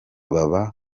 baba